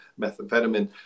methamphetamine